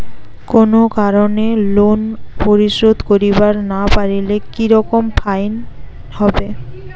কোনো কারণে লোন পরিশোধ করিবার না পারিলে কি রকম ফাইন হবে?